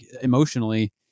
emotionally